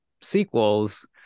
sequels